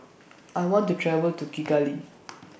I want to travel to Kigali